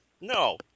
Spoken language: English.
No